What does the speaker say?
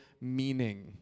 meaning